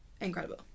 incredible